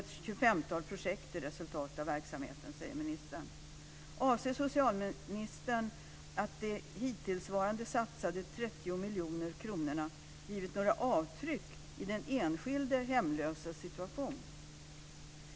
Ett tjugofemtal projekt är resultatet av verksamheten, säger ministern. miljoner kronorna givit några avtryck i den enskilde hemlöses situation?